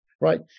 Right